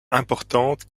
importante